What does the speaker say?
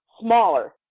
smaller